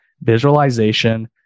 visualization